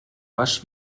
rasch